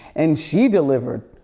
and she delivered,